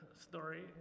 story